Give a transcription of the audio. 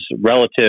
relative